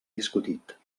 discutit